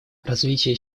развитие